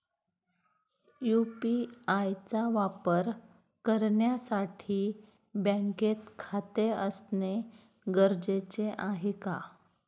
UPI चा वापर करण्यासाठी बँकेत खाते असणे गरजेचे आहे का?